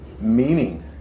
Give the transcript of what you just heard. Meaning